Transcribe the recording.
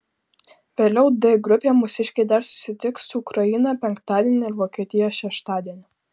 vėliau d grupėje mūsiškiai dar susitiks su ukraina penktadienį ir vokietija šeštadienį